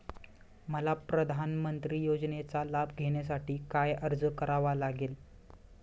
मला प्रधानमंत्री योजनेचा लाभ घेण्यासाठी काय अर्ज करावा लागेल?